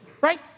Right